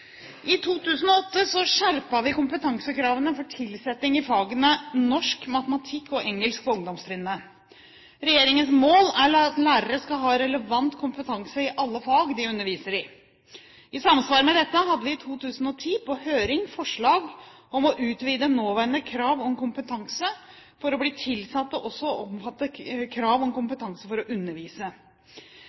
I 2008 skjerpet vi kompetansekravene for tilsetting i fagene norsk, matematikk og engelsk på ungdomstrinnet. Regjeringens mål er at lærere skal ha relevant kompetanse i alle fag de underviser i. I samsvar med dette hadde vi i 2010 på høring forslag om å utvide nåværende krav om kompetanse for å bli tilsatt til også å omfatte krav om kompetanse for å undervise.